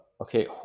okay